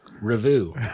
Review